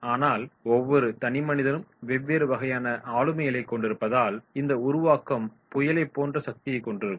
ஆனால் ஒவ்வொரு தனிமனிதனும் வெவ்வேறு வகையான ஆளுமைகளைக் கொண்டிருப்பதால் இந்த உருவாக்கம் புயலைபோன்ற சக்தி கொண்டிருக்கும்